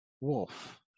Wolf